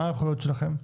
מה ההיערכויות שלכם?